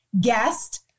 guest